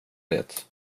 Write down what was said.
det